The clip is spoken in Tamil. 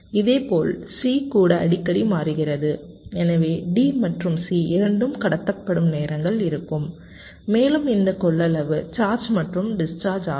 இதேபோல் c கூட அடிக்கடி மாறுகிறது எனவே d மற்றும் c இரண்டும் கடத்தப்படும் நேரங்கள் இருக்கும் மேலும் இந்த கொள்ளளவு சார்ஜ் மற்றும் டிஸ்சார்ஜ் ஆகும்